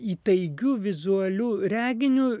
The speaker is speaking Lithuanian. įtaigiu vizualiu reginiu